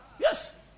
Yes